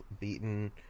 beaten